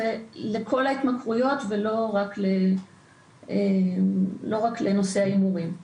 זה לכל ההתמכרויות ולא רק לנושא ההימורים.